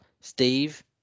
Steve